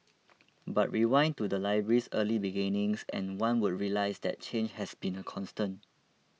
but rewind to the library's early beginnings and one would realise that change has been a constant